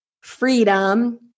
freedom